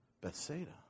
Bethsaida